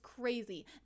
crazy